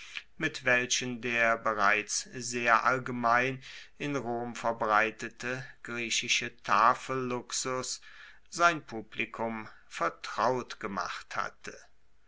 mit welchen der bereits sehr allgemein in rom verbreitete griechische tafelluxus sein publikum vertraut gemacht hatte